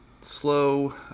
slow